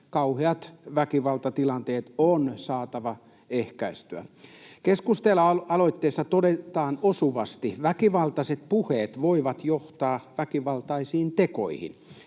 kauheat väkivaltatilanteet on saatava ehkäistyä. Keskustelualoitteessa todetaan osuvasti, että väkivaltaiset puheet voivat johtaa väkivaltaisiin tekoihin